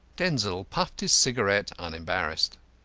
denzil puffed his cigarette, unembarrassed.